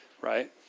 Right